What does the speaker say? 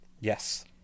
yes